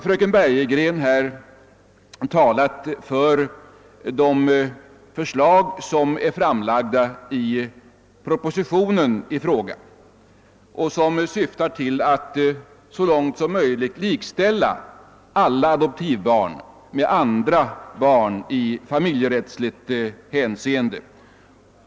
Fröken Bergegren har talat för det förslag som framlagts i förevarande proposition och som syftar till att så långt möjligt likställa alla adoptivbarn med andra barn i familjerättsligt hänseende.